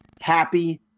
happy